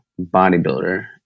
bodybuilder